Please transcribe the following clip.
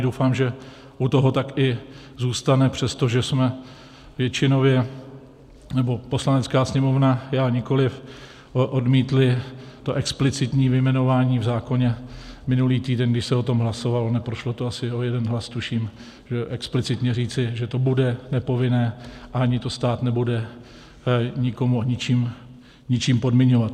Doufám, že u toho také zůstane, přestože jsme většinově, nebo Poslanecká sněmovna, já nikoliv, odmítli to explicitní vyjmenování v zákoně minulý týden, když se o tom hlasovalo, neprošlo to asi o jeden hlas, tuším, explicitně říci, že to bude nepovinné a ani to stát nebude nikomu ničím podmiňovat.